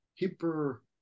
hyper